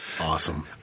Awesome